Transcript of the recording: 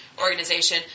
organization